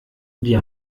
die